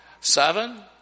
Seven